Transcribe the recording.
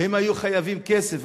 והם היו חייבים כסף,